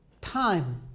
time